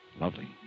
lovely